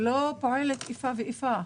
אני לא עושה איפה איפה.